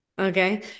Okay